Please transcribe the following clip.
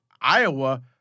Iowa –